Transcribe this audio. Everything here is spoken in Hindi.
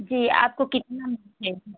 जी आपको कितना चाहिए